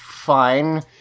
fine